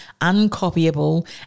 Uncopyable